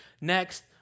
next